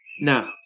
Now